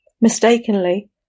Mistakenly